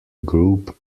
group